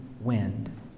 wind